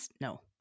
no